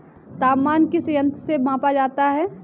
तापमान किस यंत्र से मापा जाता है?